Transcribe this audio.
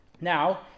Now